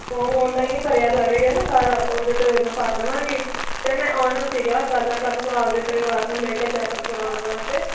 form online ਈ ਭਰਿਆ ਜਾਵੇਗਾ ਨਾ ਸਾਰਾ ਉਂਜ ਤੇ ਮੈਂ ਭਰ ਦੇਮਾਂਗੀ ਤੇ ਮੈਂ ਆਉਣਾ ਸੀਗਾ ਕੱਲ੍ਹ ਪਰਸੋਂ ਆਪਦੇ ਪਰਿਵਾਰ ਨੂੰ ਲੇ ਕੇ ਚੈੱਕਅਪ ਕਾਰਵਾਣ ਵਾਸਤੇ